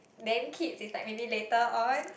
then kids is like maybe later on